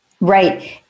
Right